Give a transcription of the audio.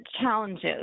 challenges